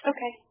Okay